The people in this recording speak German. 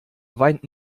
weint